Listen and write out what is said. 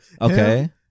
Okay